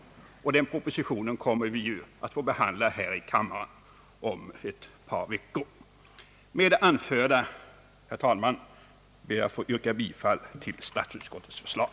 Den propositionen kommer vi att få behandla här i kammaren om ett par veckor. Med det anförda, herr talman, ber jag att få yrka bifall till statsutskottets förslag.